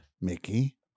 Mickey